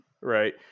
Right